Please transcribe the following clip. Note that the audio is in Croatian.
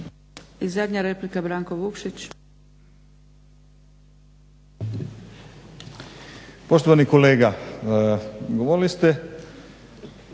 I zadnja replika, Branko Vukšić.